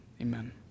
amen